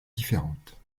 différente